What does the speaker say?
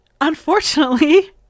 unfortunately